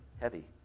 heavy